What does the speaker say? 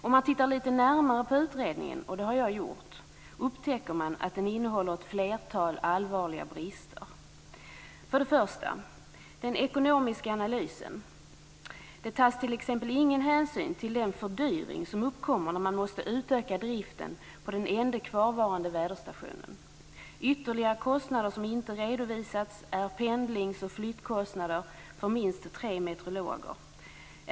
Om man tittar litet närmare på utredningen, och det har jag gjort, upptäcker man att den innehåller ett flertal allvarliga brister. För det första: den ekonomiska analysen. Det tas t.ex. ingen hänsyn till den fördyring som uppkommer när man måste utöka driften på den enda kvarvarande väderstationen. Ytterligare kostnader som inte redovisats är pendlings och flyttkostnader för minst tre meteorologer.